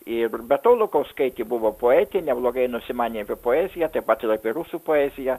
ir be to lukauskaitė buvo poetė neblogai nusimanė apie poeziją taip pat ir apie rusų poeziją